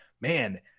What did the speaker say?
man